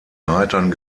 reitern